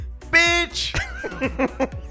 Bitch